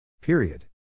Period